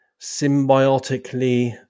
symbiotically